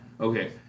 Okay